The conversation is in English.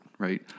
right